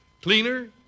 Cleaner